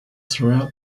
throughout